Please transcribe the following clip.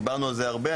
דיברנו על זה הרבה.